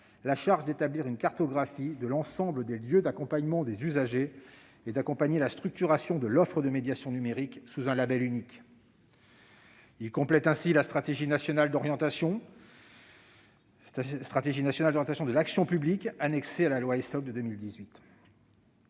la charge d'établir une cartographie de l'ensemble des lieux d'accompagnement des usagers et de guider la structuration de l'offre de médiation numérique sous un label unique. Il complète ainsi la stratégie nationale d'orientation de l'action publique annexée à la loi du 10 août 2018